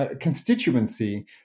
constituency